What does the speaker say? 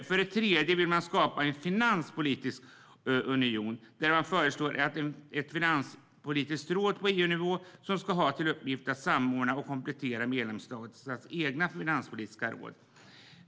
För det tredje vill man skapa en finanspolitisk union och föreslår ett finanspoliskt råd på EU-nivå som ska ha till uppgift att samordna och komplettera medlemsstaternas egna finanspolitiska råd.